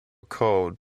called